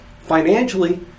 financially